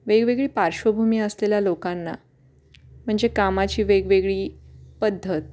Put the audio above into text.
वेगवेगळी पार्श्वभूमी असलेल्या लोकांना म्हणजे कामाची वेगवेगळी पद्धत